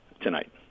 tonight